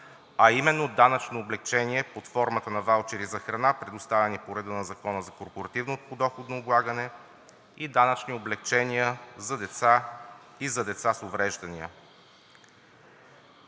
а именно данъчно облекчение под формата на ваучери за храна, предоставени по реда на Закона за корпоративното подоходно облагане, данъчни облекчения и за деца с увреждания.